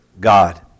God